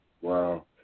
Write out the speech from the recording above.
Wow